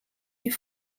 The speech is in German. die